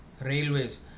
Railways